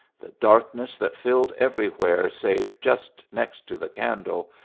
the darkness that filled everywhere save just next to the candle,